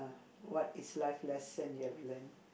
what is life lesson you have learnt